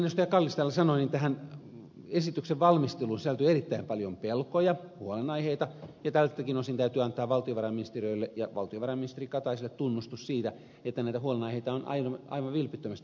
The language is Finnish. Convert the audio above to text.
kallis täällä sanoi tähän esityksen valmisteluun sisältyi erittäin paljon pelkoja huolenaiheita ja tältäkin osin täytyy antaa valtiovarainministeriölle ja valtiovarainministeri kataiselle tunnustus siitä että näitä huolenaiheita on aivan vilpittömästi pyritty ottamaan huomioon